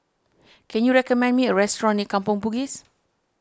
can you recommend me a restaurant near Kampong Bugis